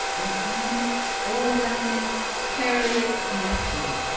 in arms o'erwhelming hereric's nephew.